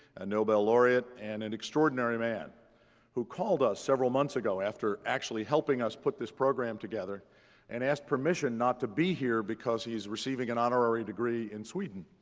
a nobel laureate, and an extraordinary man who called us several months ago after actually helping us put this program together and asked permission not to be here because he is receiving an honorary degree in sweden.